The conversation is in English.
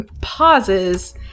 pauses